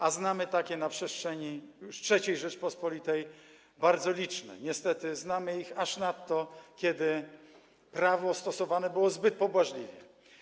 A znamy takie na przestrzeni już III Rzeczypospolitej bardzo liczne, niestety znamy ich aż nadto, kiedy prawo stosowane było zbyt pobłażliwie.